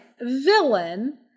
villain